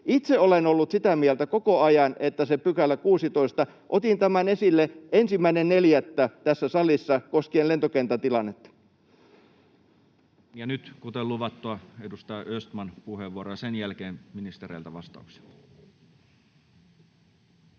Itse olen ollut sitä mieltä koko ajan, että se 16 §... Otin tämän esille 1.4. tässä salissa koskien lentokentän tilannetta. Ja nyt, kuten luvattua, edustaja Östman, puheenvuoro, ja sen jälkeen ministereiltä vastauksia.